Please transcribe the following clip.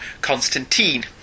Constantine